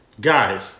Guys